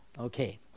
Okay